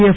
F